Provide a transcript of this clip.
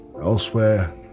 elsewhere